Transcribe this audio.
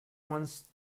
wants